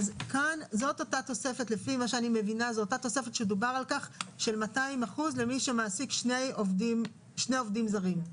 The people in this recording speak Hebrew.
זאת אותה תוספת של 200% למי שמעסיק שני עובדים זרים.